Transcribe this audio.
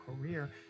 career